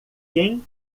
quem